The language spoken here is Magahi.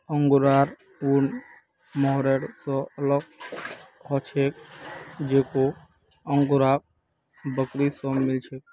अंगोरा ऊन मोहैर स अलग ह छेक जेको अंगोरा बकरी स मिल छेक